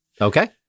Okay